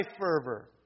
fervor